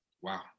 Wow